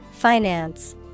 Finance